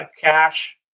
cash